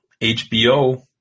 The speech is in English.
HBO